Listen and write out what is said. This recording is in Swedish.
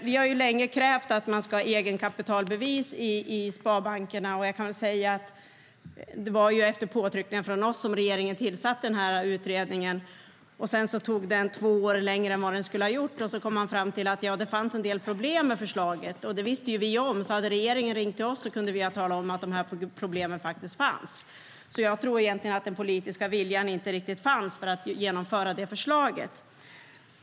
Vi har länge krävt egenkapitalbevis i sparbankerna. Det var efter påtryckningar från oss som regeringen tillsatte utredningen. Den tog två år längre än vad den skulle ha gjort, och sedan kom man fram till att det fanns en del problem med förslaget. Det visste vi om. Hade regeringen ringt till oss kunde vi ha talat om att problemen fanns. Jag tror att den politiska viljan inte riktigt fanns för att genomföra det förslaget.